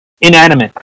inanimate